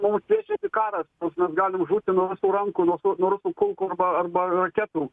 mums šviečiasi karas mes galim žūti nuo rusų rankų nuo nuo rusų kulkų arba arba raketų